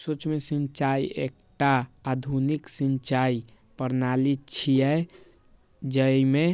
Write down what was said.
सूक्ष्म सिंचाइ एकटा आधुनिक सिंचाइ प्रणाली छियै, जइमे